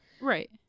Right